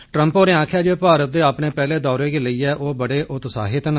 Trump होरें आक्खेआ जे भारत दे अपने पैहले दौरे गी लेइयै ओह् बड़े उत्साहित न